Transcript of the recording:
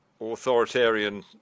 authoritarian